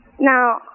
Now